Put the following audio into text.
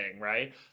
right